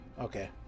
Okay